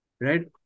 right